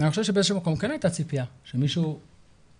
אני חושב שבאיזשהו מקום כן הייתה ציפייה שמישהו יתעניין,